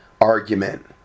argument